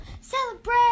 celebrate